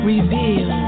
Reveal